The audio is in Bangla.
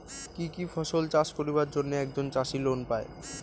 কি কি ফসল চাষ করিবার জন্যে একজন চাষী লোন পায়?